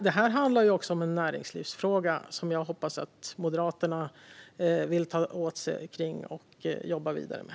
Detta är ju också en näringslivsfråga som jag hoppas att Moderaterna vill jobba vidare med.